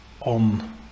on